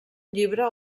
llibre